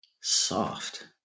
soft